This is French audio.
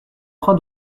train